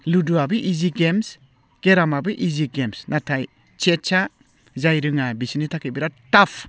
लुदुवाबो इजि गेम्स केरामाबो इजि गेम्स नाथाय चेसआ जाय रोङा बिसोरनि थाखाय बिरात ताफ